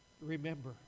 remember